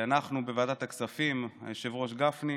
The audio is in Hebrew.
אנחנו בוועדת הכספים, היושב-ראש גפני,